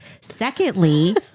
Secondly